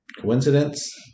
Coincidence